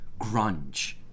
grunge